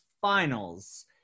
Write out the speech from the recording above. Finals –